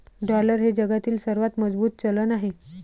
dollar हे जगातील सर्वात मजबूत चलन आहे